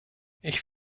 ich